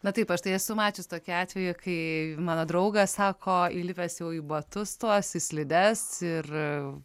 na taip aš tai esu mačius tokių atvejų kai mano draugas sako įlipęs į batus tuos į slides ir